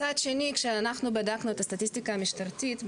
מצד שני, כשאנחנו בדקנו את הסטטיסטיקה המשטרתית,